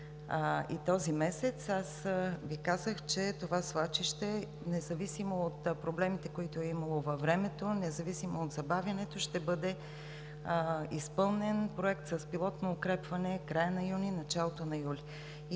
и този месец аз Ви казах, че това свлачище, независимо от проблемите, които е имало във времето, независимо от забавянето, ще бъде изпълнен Проект с пилотно укрепване в края на юни – началото на юли.